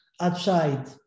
outside